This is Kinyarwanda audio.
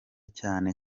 cyane